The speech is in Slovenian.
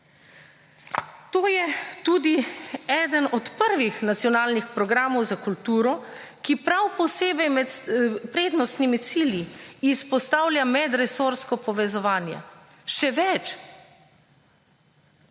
To je tudi eden od prvih nacionalnih programov za kulturo, ki prav posebej med prednostnimi cilji izpostavlja medresorsko povezovanje. Še več,